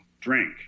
drink